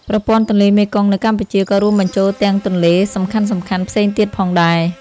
ប្រព័ន្ធទន្លេមេគង្គនៅកម្ពុជាក៏រួមបញ្ចូលទាំងទន្លេសំខាន់ៗផ្សេងទៀតផងដែរ។